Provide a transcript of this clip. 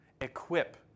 equip